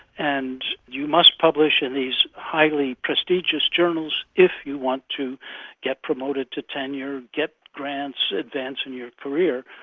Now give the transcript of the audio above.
and you must publish in these highly prestigious journals if you want to get promoted to tenure, get grants, advance in your career,